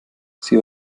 sie